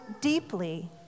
deeply